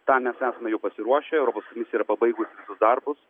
tą mes esame jau pasiruošę europos komisija yra pabaigus visus darbus